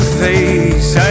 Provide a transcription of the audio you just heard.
face